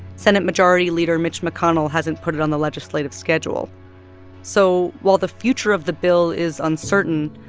senate majority leader mitch mcconnell hasn't put it on the legislative schedule so while the future of the bill is uncertain,